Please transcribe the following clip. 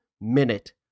minute